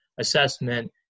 assessment